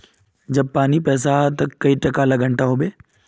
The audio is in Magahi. जब पानी पैसा हाँ ते कई टका घंटा लो होबे?